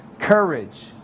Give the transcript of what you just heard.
courage